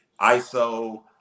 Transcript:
ISO